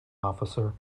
officer